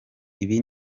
ibi